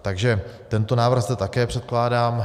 Takže tento návrh zde také předkládám.